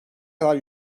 kadar